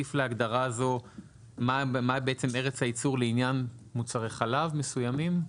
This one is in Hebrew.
להוסיף להגדרה הזו מה בעצם ארץ הייצור לעניין מוצרי חלב מסוימים?